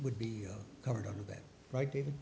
would be covered under that right david